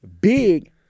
big